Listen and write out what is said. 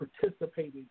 participating